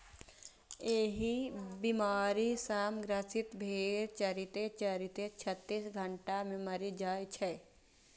एहि बीमारी सं ग्रसित भेड़ चरिते चरिते छत्तीस घंटा मे मरि जाइ छै